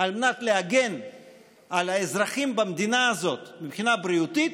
על מנת להגן על האזרחים במדינה הזו מבחינה בריאותית,